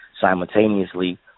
simultaneously